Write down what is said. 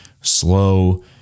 slow